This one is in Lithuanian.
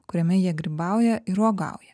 kuriame jie grybauja ir uogauja